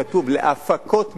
כתוב: להפקות מהארץ,